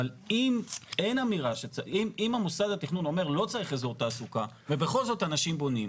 אבל אם מוסד התכנון אומר 'לא צריך אזור תעסוקה' ובכל זאת אנשים בונים,